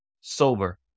sober